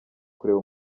kureba